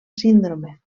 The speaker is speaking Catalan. síndrome